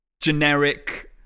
generic